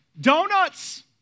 Donuts